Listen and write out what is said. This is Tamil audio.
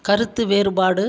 கருத்து வேறுபாடு